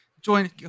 join